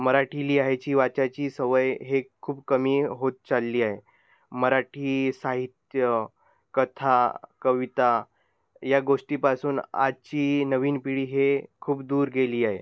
मराठी लिहायची वाचायची सवय हे खूप कमी होत चालली आहे मराठी साहित्य कथा कविता या गोष्टीपासून आजची नवीन पिढी हे खूप दूर गेली आहे